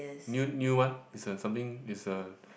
new new one is a something it's a